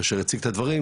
כאשר הציג את הדברים,